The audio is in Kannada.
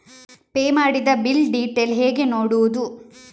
ಪೇ ಮಾಡಿದ ಬಿಲ್ ಡೀಟೇಲ್ ಹೇಗೆ ನೋಡುವುದು?